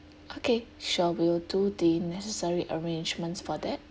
okay sure we will do the necessary arrangements for that